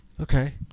Okay